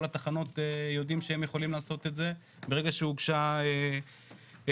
התחנות יודעים שהם יכולים לעשות את זה ברגע שהוגשה תלונה.